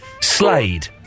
Slade